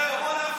זהו.